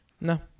No